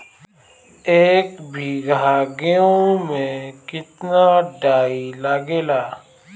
एक बीगहा गेहूं में केतना डाई लागेला?